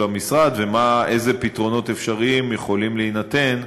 למשרד ואיזה פתרונות אפשריים יכולים להינתן.